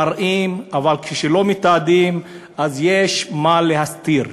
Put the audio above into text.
מראים, אבל כשלא מתעדים, יש מה להסתיר.